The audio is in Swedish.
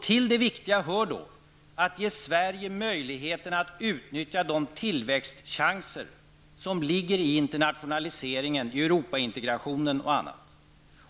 Till det viktiga hör att ge Sverige möjligheter att utnyttja de tillväxtchanser som ligger i internationaliseringen, i den europeiska integrationen osv.